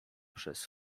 przez